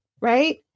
right